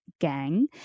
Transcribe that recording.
Gang